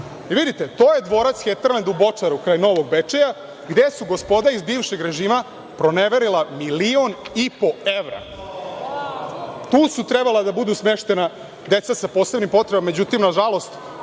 vidite, to je dvorac Heterlend u Bočaru kraj Novog Bečeja, gde su gospoda iz bivšeg režima proneverila milion i po evra. Tu su trebala da budu smeštena deca sa posebnim potrebama. Međutim, nažalost,